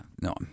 No